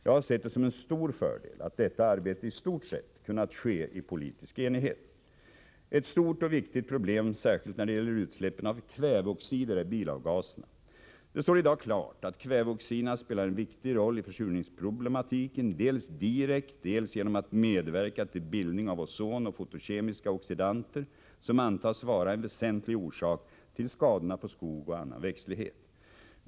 Jag har sett det som en stor fördel att detta arbete i stort sett kunnat ske i politisk enighet. Ett stort och viktigt problem, särskilt när det gäller utsläppen av kväveoxider, är bilavgaserna. Det står i dag klart att kväveoxiderna spelar en viktig roll i försurningsproblematiken dels direkt, dels genom att medverka till bildning av ozon och fotokemiska oxidanter, som antas vara en väsentlig orsak till skadorna på skog och annan växtlighet.